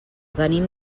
venim